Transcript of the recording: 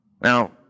Now